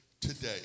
today